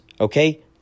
Okay